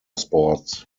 sports